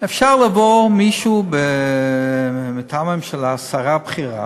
אפשר שיבוא מישהו מטעם הממשלה, שרה בכירה,